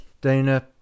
Dana